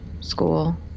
School